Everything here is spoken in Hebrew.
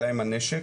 היה להם הנשק,